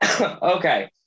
Okay